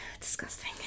disgusting